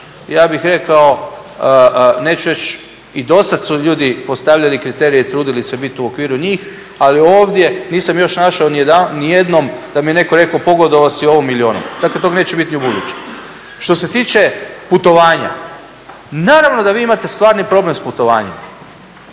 ja bih rekao neću reći, i dosad su ljudi postavljali kriterije i trudili se biti u okviru njih ali ovdje nisam još našao nijednom da mi je netko rekao pogodovao si ovom ili onom. Dakle, tog neće biti ni u buduće. Što se tiče putovanja, naravno da vi imate stvarni problem s putovanjem